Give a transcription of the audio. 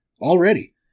already